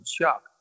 shock